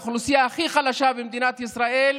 האוכלוסייה הכי חלשה במדינת ישראל,